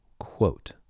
Quote